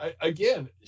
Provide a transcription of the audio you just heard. Again